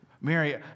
Mary